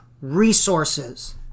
resources